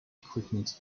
equipment